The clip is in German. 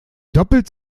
doppelt